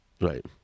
Right